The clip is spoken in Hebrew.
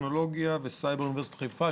טכנולוגיה וסייבר באוניברסיטת חיפה.